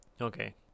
Okay